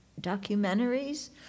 documentaries